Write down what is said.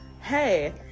hey